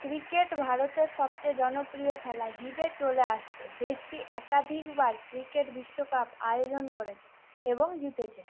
cricket ভারতের সবচেয়ে জনপ্রিয় খেলা হিবে চলে আসছে দেশটি একাধিকবার ক্রিকেট বিশ্বকাপ আয়োজন করেছে এবং জিতেছে